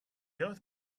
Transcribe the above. earth